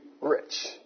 rich